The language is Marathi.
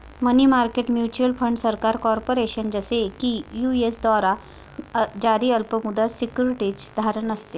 मनी मार्केट म्युच्युअल फंड सरकार, कॉर्पोरेशन, जसे की यू.एस द्वारे जारी अल्प मुदत सिक्युरिटीज धारण असते